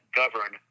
govern